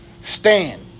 stand